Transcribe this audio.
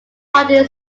party